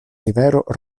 rivero